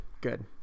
good